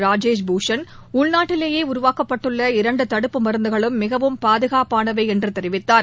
ராஜேஷ் பூஷண் உள்நாட்டிலேயே உருவாக்கப்பட்டுள்ள இரண்டு தடுப்புப்மருந்துகளும் மிகவும் பாதுகாப்பனவை என்று தெரிவித்தார்